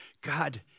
God